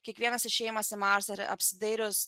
kiekvienas išėjimas į marsą ir apsidairius